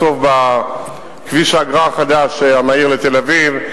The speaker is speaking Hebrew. בסוף, בכביש האגרה החדש, המהיר לתל-אביב,